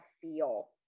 feel